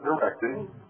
directing